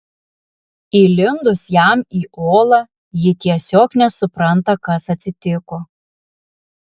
įlindus jam į olą ji tiesiog nesupranta kas atsitiko